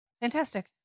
Fantastic